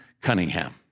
Cunningham